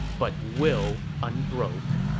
but will unbroke